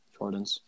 Jordans